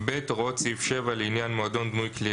"(ב) הוראות סעיף 7 לעניין מועדון דמוי כלי